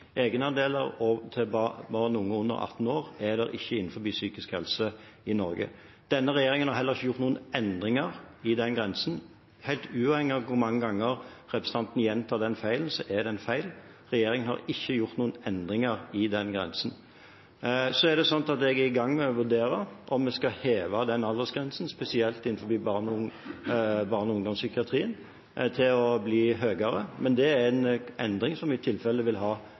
Egenandeler for barn og unge under 18 år er det ikke innen psykisk helse i Norge. Denne regjeringen har heller ikke gjort noen endringer i den grensen. Helt uavhengig av hvor mange ganger representanten gjentar den feilen, er det en feil. Regjeringen har ikke gjort noen endringer i den grensen. Jeg er i gang med å vurdere om vi skal heve den aldersgrensen, spesielt innen barne- og ungdomspsykiatrien, men det er en endring som i tilfelle vil ha budsjettkonsekvenser. Det er en regelendring som vi må komme tilbake til Stortinget med. Regelverket kan praktiseres ulikt ute i